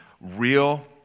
real